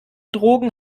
drogen